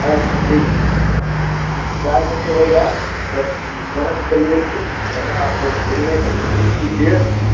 अच्छा ठीक है शिकायत नहीं होगी तब बात को लेकर रात को देखने की कोशिश कीजिए